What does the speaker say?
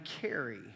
carry